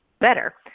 better